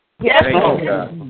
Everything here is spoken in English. Yes